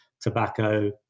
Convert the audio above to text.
tobacco